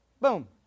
Boom